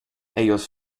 ellos